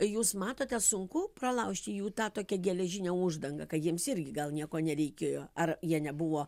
jūs matote sunku pralaužti jų tą tokią geležinę uždangą kai jiems irgi gal nieko nereikėjo ar jie nebuvo